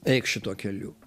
eik šituo keliu